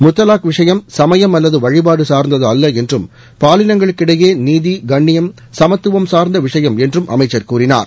முத்தலாக் விஷயம் சமயம் அல்லது வழிபாடு சார்ந்தது அல்ல என்றும் பாலினங்களுக்கு இடையே நீதி கண்ணியம் சமத்துவம் சார்ந்த விஷயம் என்றும் அமைச்சர் கூறினார்